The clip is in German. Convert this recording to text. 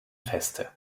feste